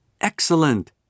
Excellent